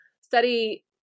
study